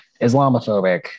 Islamophobic